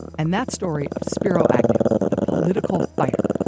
and that story of spiro agnew the political fighter,